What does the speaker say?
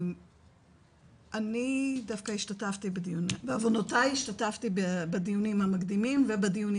אני דווקא השתתפתי בדיונים בעוונותיי השתתפתי בדיונים המקדימים ובדיונים